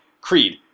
Creed